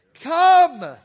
Come